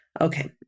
Okay